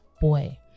boy